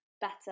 better